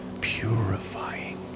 purifying